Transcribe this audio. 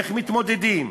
איך מתמודדים?